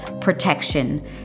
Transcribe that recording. protection